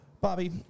Bobby